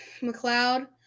McLeod